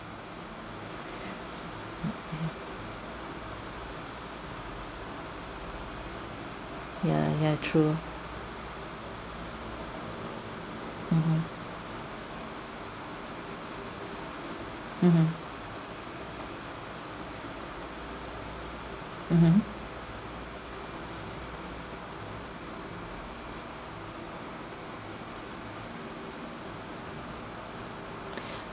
mm ya ya true mmhmm mmhmm mmhmm